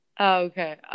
Okay